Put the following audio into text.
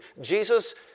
Jesus